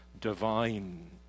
divine